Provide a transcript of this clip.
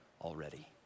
already